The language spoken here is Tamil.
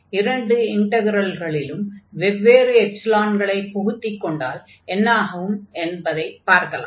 இரண்டு இன்டக்ரல்களிலும் வெவ்வேறு எப்ஸிலான்களை புகுத்திக் கொண்டால் என்ன ஆகும் என்பதைப் பார்க்கலாம்